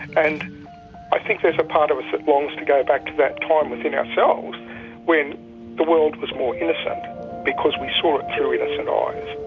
and i think there's a part of us that longs to go back to that time within ourselves when the world was more innocent because we saw it through innocent eyes.